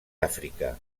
àfrica